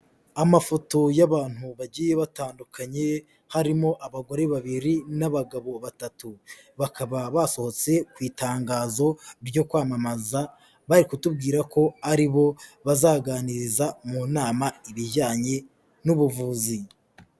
Amafoto y'abantu bagiye batandukanye harimo abagore babiri n'abagabo batatu, bakaba basohotse mu itangazo ryo kwamamaza bari kutubwira ko ari bo bazaganiriza mu nama ibijyanye n'ubuvuzi.